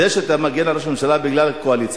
זה שאתה מגן על ראש הממשלה בגלל הקואליציה,